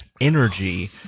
energy